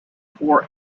poor